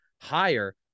higher